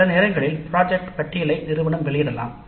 சில நேரங்களில் பிராஜக்ட் பட்டிலை நிறுவனம் வெளியிடலாம்